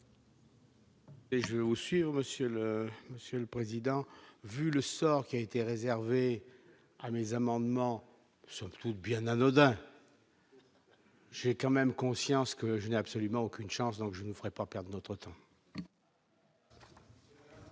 Je vous sur Monsieur le Monsieur le Président, vu le sort qui a été réservé à mes amendements sont toutes bien anodin. J'ai quand même conscience que je n'ai absolument aucune chance, donc je ne ferai pas perdu notre temps.